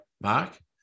mark